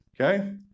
Okay